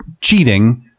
cheating